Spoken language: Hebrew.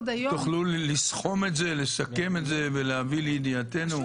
תוכלו לסכום את זה, לסכם את זה ולהביא לידיעתנו?